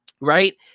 right